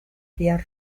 via